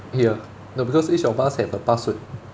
ya no because each of us have a password